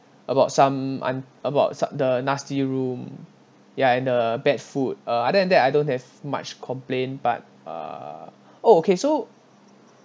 about some I'm about the nasty room ya and the bad food uh other than that I don't have much complain but uh oh okay so